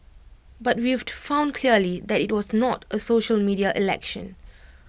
but we've to found clearly that IT was not A social media election